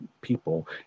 people